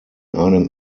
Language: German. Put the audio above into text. einem